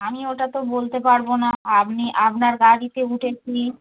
আমি ওটা তো বলতে পারবো না আমি আপনার গাড়িতে উঠেছি